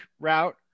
route